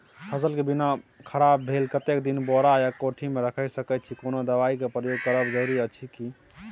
फसल के बीना खराब भेल कतेक दिन बोरा या कोठी मे रयख सकैछी, कोनो दबाईयो के प्रयोग करब जरूरी अछि की?